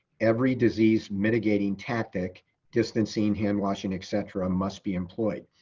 every disease, mitigating tactic distancing, hand washing, et cetera, must be employed.